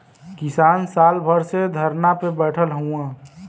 किसान साल भर से धरना पे बैठल हउवन